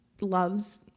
loves